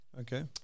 Okay